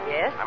Yes